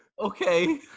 okay